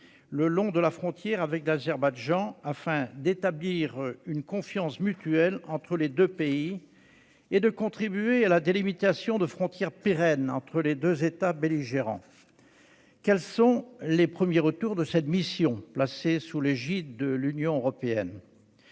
le long de la frontière avec l'Azerbaïdjan, afin d'établir une confiance mutuelle entre les deux pays et de contribuer à la délimitation de frontières pérennes entre les deux belligérants. Quels sont les premiers retours de cette mission, placée sous l'égide de l'Union européenne ?